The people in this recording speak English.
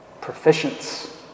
proficiency